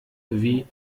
wie